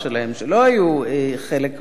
שלא היו חלק מהאויב,